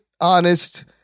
honest